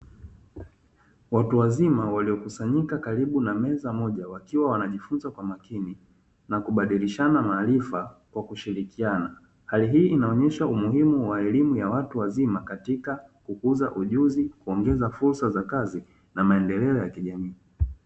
Watuwazima waliokusanyika karibu na meza moja wakiwa wanajifunza kwa makini na kubadilishana maarifa kwa kushirikiana hali hii inaonyesha umuhimu wa elimu ya watu wazima katika kukuza ujuzi kuongeza fursa za kazi na maendeleo ya kijamii